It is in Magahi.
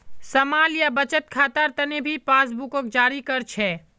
स्माल या बचत खातार तने भी पासबुकक जारी कर छे